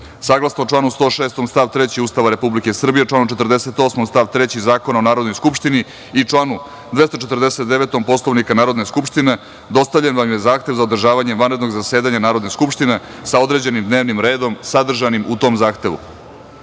članu 106. stav 3. Ustava Republike Srbije, članom 48. stav 3. Zakona o Narodnoj skupštini i članu 249. Poslovnika Narodne skupštine dostavljen vam je zahtev za održavanje vanrednog zasedanja Narodne skupštine sa određenim dnevnim redom sadržanim u tom zahtevu.Za